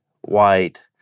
white